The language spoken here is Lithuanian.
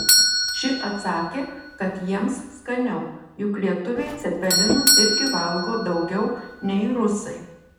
ši atsakė kad jiems skaniau juk lietuviai cepelinų irgi valgo daugiau nei rusai